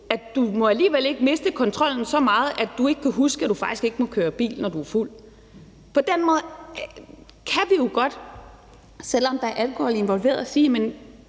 at man alligevel ikke må miste kontrollen så meget, at man ikke kan huske, at man faktisk ikke må køre bil, når man er fuld. På den måde kan vi jo godt, selv om der er alkohol involveret, sige –